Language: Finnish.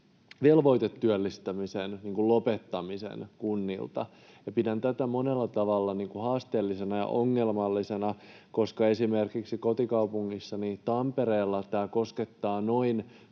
velvoitetyöllistämisen lopettamisen kunnilta. Pidän tätä monella tavalla haasteellisena ja ongelmallisena, koska esimerkiksi kotikaupungissani Tampereella tämä koskettaa noin